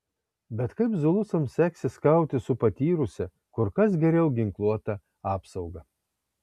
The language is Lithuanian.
bet kaip zulusams seksis kautis su patyrusia kur kas geriau ginkluota apsauga